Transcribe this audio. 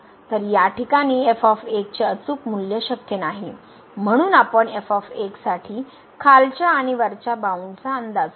तर या ठिकाणी f चे अचूक मूल्य शक्य नाही म्हणून आपण f साठी खालच्या आणि वरच्या बाउंडचा अंदाज करू